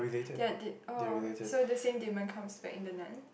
there're did oh so the same demon comes back in the Nun